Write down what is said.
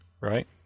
right